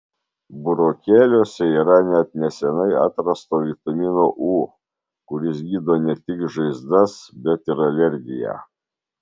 burokėliuose yra net neseniai atrasto vitamino u kuris gydo ne tik žaizdas bet ir alergiją